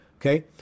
okay